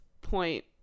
point